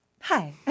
Hi